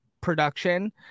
production